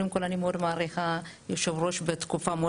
אני מאוד מעריכה את כבוד היושב-ראש בתקופה כל